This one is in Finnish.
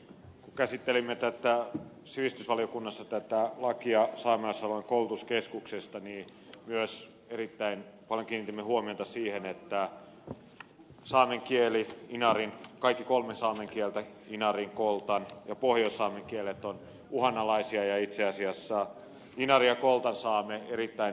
kun käsittelimme sivistysvaliokunnassa tätä lakia saamelaisalueen koulutuskeskuksesta niin myös erittäin paljon kiinnitimme huomiota siihen että kaikki kolme saamen kieltä inarin koltan ja pohjoissaamen kielet ovat uhanalaisia ja itse asiassa inarin ja koltansaame erittäin uhanalaisia